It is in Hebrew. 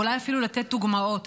אולי אפילו לתת דוגמאות.